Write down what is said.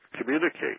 Communicate